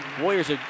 Warriors